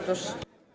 Proszę.